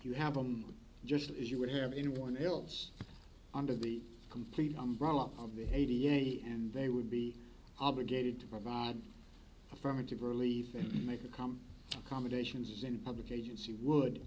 you have them just as you would have anyone else under the complete umbrella of the haiti and they would be obligated to provide affirmative relief and make it come commendations in public agency would